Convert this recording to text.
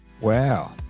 Wow